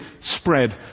spread